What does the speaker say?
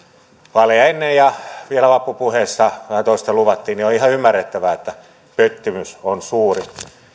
vaaleja ennen ja vielä vappupuheissa toista luvattiin on ihan ymmärrettävää että pettymys on suuri